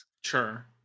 Sure